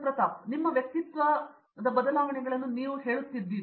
ಪ್ರತಾಪ್ ಹರಿದಾಸ್ ನಿಮ್ಮ ವ್ಯಕ್ತಿತ್ವದ ಇತರ ಜನರ ವ್ಯಕ್ತಿತ್ವ ಬದಲಾವಣೆಗಳನ್ನು ನೀವು ಹೇಳುವಂತೆಯೇ